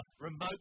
remote